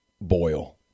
boil